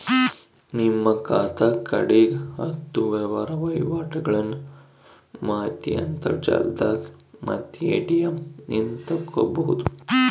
ನಿಮ್ಮ ಖಾತೆಗ ಕಡೆಗ ಹತ್ತು ವ್ಯವಹಾರ ವಹಿವಾಟುಗಳ್ನ ಮಾಹಿತಿ ಅಂತರ್ಜಾಲದಾಗ ಮತ್ತೆ ಎ.ಟಿ.ಎಂ ನಿಂದ ತಕ್ಕಬೊದು